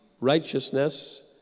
righteousness